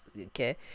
okay